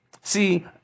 See